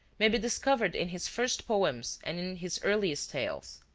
may be discovered in his first poems and in his earliest tales.